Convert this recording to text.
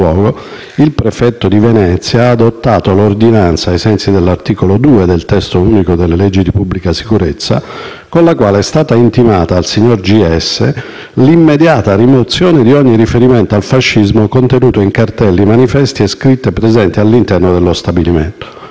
il prefetto di Venezia ha adottato l'ordinanza, ai sensi dell'articolo 2 del testo unico delle leggi di pubblica sicurezza, con la quale è stata intimata al signor Scarpa l'immediata rimozione di ogni riferimento al fascismo contenuto in cartelli, manifesti e scritte presenti all'interno dello stabilimento,